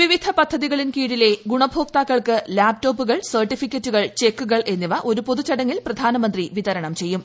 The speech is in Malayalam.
വിവിധ പദ്ധതികളിൻ കീഴിലെ ഗുണഭോക്താക്കൾക്ക് ലാപ്ടോപ്പുകൾ സർട്ടിഫിക്കറ്റുകൾ ചെക്കുകൾ എന്നിവ ഒരു പൊതു ചടങ്ങിൽ പ്രധാനമന്ത്രി വിതരണം ചെയ്യും